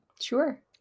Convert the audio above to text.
Sure